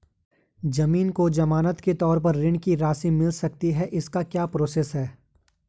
ज़मीन को ज़मानत के तौर पर ऋण की राशि मिल सकती है इसकी क्या प्रोसेस है?